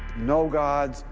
no gods,